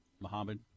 Muhammad